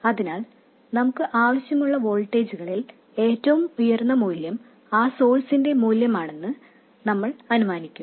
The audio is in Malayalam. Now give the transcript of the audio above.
അതിനാൽ നമുക്ക് ആവശ്യമുള്ള വോൾട്ടേജുകളിൽ ഏറ്റവും ഉയർന്ന മൂല്യം ആ സോഴ്സിന്റെ മൂല്യമാണെന്ന് നമ്മൾ അനുമാനിക്കും